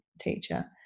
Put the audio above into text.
teacher